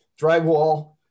drywall